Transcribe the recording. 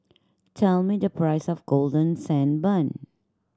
tell me the price of Golden Sand Bun